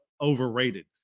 overrated